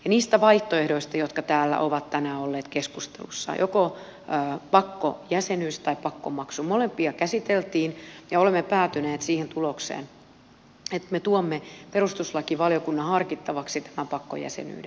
niistä vaihtoehdoista jotka täällä ovat tänään olleet keskustelussa joko pakkojäsenyys tai pakkomaksu molempia käsiteltiin olemme päätyneet siihen tulokseen että me tuomme perustuslakivaliokunnan harkittavaksi tämän pakkojäsenyyden